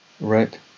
right